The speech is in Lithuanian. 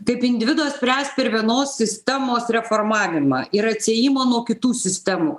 kaip individo spręst per vienos sistemos reformavimą ir atsiejimą nuo kitų sistemų